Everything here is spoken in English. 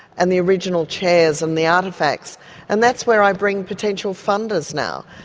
and the original chairs and the artefacts and that's where i bring potential funders now,